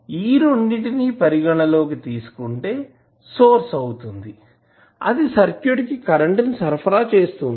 ఈ రెండిటిని పరిగణనలోకి తీసుకుంటే సోర్స్ అవుతుంది అది సర్క్యూట్ కి కరెంటు ని సరఫరా చేస్తుంది